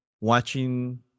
watching